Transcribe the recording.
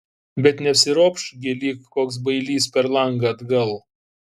bet nesiropš gi lyg koks bailys per langą atgal